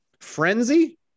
frenzy